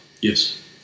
Yes